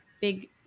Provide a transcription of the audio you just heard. big